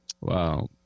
Wow